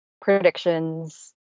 predictions